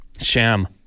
Sham